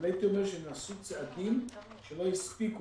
אבל הייתי אומר שנעשו צעדים שלא הספיקו